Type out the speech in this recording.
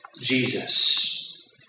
Jesus